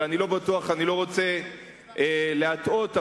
ואני לא רוצה להטעות,